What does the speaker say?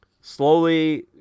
slowly